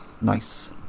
nice